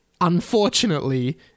Unfortunately